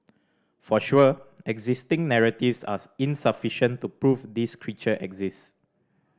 for sure existing narratives are insufficient to prove this creature exist